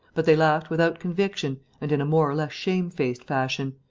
but they laughed without conviction and in a more or less shamefaced fashion,